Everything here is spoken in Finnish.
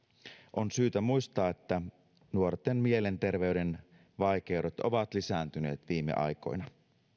on syytä muistaa että nuorten mielenterveyden vaikeudet ovat lisääntyneet viime aikoina